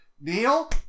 Neil